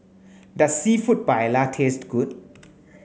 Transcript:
does Seafood Paella taste good